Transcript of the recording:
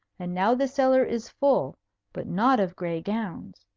and now the cellar is full but not of gray gowns.